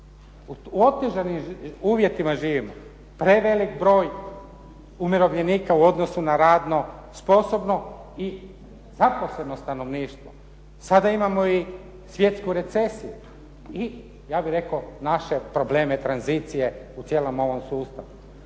u otežanim uvjetima živimo. Prevelik broj umirovljenika u odnosu na radno sposobno i zaposleno stanovništvo. Sada imamo i svjetsku recesiju i ja bih rekao naše probleme tranzicije u cijelom ovom sustavu.